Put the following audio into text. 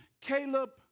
Caleb